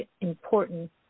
important